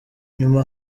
nyuma